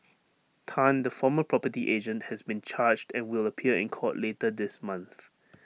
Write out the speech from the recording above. Tan the former property agent has been charged and will appear in court later this month